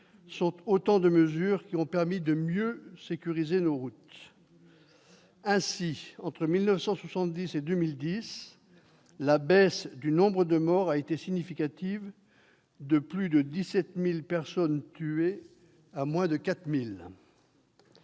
sont autant de mesures qui ont permis de mieux sécuriser nos routes. Ainsi, entre 1970 et 2010, la baisse du nombre de morts a été significative, puisque l'on est passé de plus de 17 000 personnes tuées à moins de 4 000.